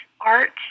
art